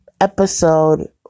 episode